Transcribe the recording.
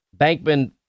Bankman